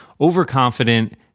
overconfident